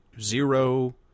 zero